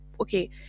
okay